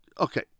okay